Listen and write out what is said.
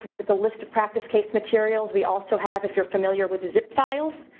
but the list of practice case materials we also have, if you're familiar with zip files.